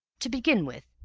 to begin with,